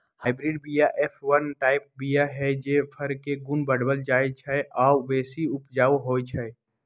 hybrid बीया F one type बीया हई जे फर के गुण बढ़बइ छइ आ बेशी उपजाउ होइ छइ